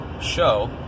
show